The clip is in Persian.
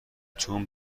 چون